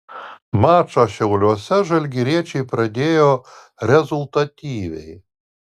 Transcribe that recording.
mačą šiauliuose žalgiriečiai pradėjo rezultatyviai